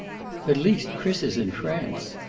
at least chris is in france.